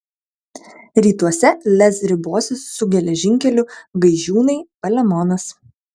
rytuose lez ribosis su geležinkeliu gaižiūnai palemonas